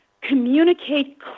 communicate